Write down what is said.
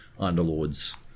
Underlords